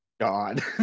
God